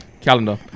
Calendar